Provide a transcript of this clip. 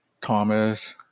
Thomas